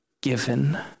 given